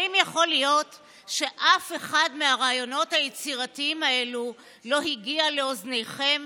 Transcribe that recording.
האם יכול להיות שאף אחד מהרעיונות היצירתיים האלו לא הגיע לאוזניכם